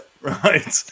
Right